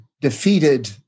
defeated